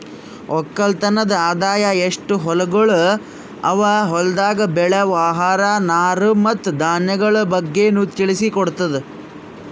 ಒಕ್ಕಲತನದ್ ಆದಾಯ, ಎಸ್ಟು ಹೊಲಗೊಳ್ ಅವಾ, ಹೊಲ್ದಾಗ್ ಬೆಳೆವು ಆಹಾರ, ನಾರು ಮತ್ತ ಧಾನ್ಯಗೊಳ್ ಬಗ್ಗೆನು ತಿಳಿಸಿ ಕೊಡ್ತುದ್